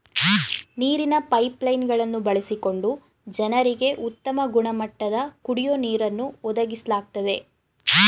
ನೀರಿನ pipeline ಗಳನ್ನು ಬಳಸಿಕೊಂಡು ಜನರಿಗೆ ಉತ್ತಮ ಗುಣಮಟ್ಟದ ಕುಡಿಯೋ ನೀರನ್ನು ಒದಗಿಸ್ಲಾಗ್ತದೆ